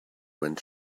when